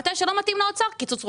מתי שלא מתאים לאוצר, קיצוץ רוחבי.